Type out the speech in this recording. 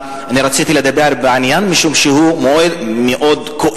אני רציתי לדבר בעניין משום שהוא מאוד כואב,